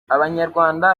abanyarwanda